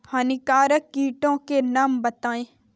हानिकारक कीटों के नाम बताएँ?